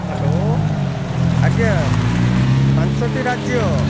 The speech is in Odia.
ହ୍ୟାଲୋ ଆଜ୍ଞା ପାଞ୍ଚଟି ରାଜ୍ୟ